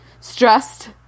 stressed